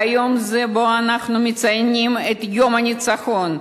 ביום זה, שבו אנחנו מציינים את יום הניצחון,